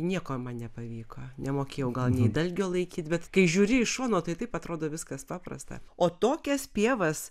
nieko man nepavyko nemokėjau gal nė dalgio laikyti bet kai žiūri iš šono tai taip atrodo viskas paprasta o tokias pievas